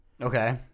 Okay